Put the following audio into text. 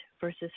versus